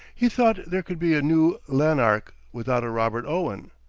he thought there could be a new lanark without a robert owen.